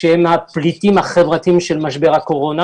שהן הפליטים החברתיים של משבר הקורונה.